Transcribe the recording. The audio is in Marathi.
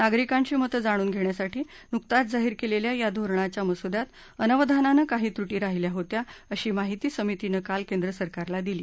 नागरिकांची मतं जाणून घेण्यासाठी नुकत्याच जाहीर केलेल्या या धोरणाच्या मसुद्यात अनवधनानं काही त्रुटी राहिल्या होत्या अशी माहिती समितीनं काल केंद्रसरकारला दिली